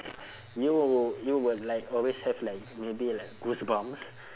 you will you will like always have like maybe like goosebumps